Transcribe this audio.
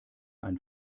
ein